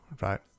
right